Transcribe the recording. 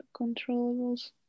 Controllables